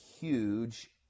huge